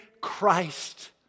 Christ